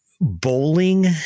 bowling